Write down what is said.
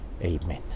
Amen